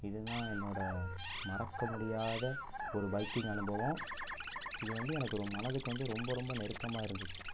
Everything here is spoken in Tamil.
இதுதான் என்னோடய மறக்க முடியாத ஒரு பைக்கிங் அனுபவம் இது வந்து எனக்கு ஒரு மனதுக்கு வந்து ரொம்ப ரொம்ப நெருக்கமா இருந்துச்சு